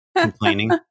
complaining